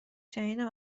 شنیدم